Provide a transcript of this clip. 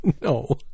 No